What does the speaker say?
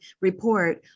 report